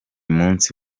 munsi